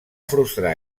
frustrar